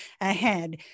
ahead